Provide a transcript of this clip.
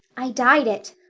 i dyed it.